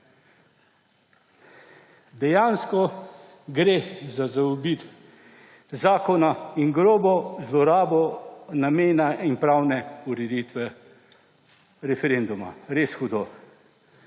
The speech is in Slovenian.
Dejansko gre za zaobiti zakon in grobo zlorabo namena in pravne ureditve referenduma. Res hudo.